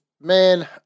man